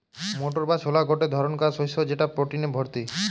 motor বা ছোলা গটে ধরণকার শস্য যেটা প্রটিনে ভর্তি